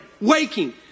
waking